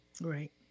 right